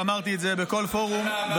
אמרתי את זה בכל פורום,